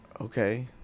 Okay